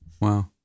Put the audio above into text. Wow